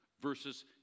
versus